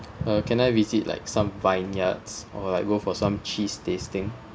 uh can I visit like some vine yards or like go for some cheese tasting